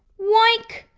like.